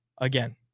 again